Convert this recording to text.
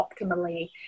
optimally